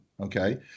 Okay